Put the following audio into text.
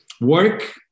work